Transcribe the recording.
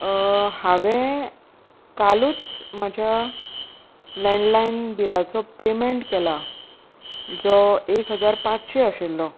हांवें कालूच म्हज्या लँडलायन बिलाचो पेमेंट केला जो एक हजार पांचशीं आशिल्लो